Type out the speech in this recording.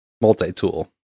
multi-tool